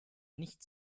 nicht